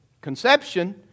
conception